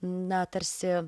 na tarsi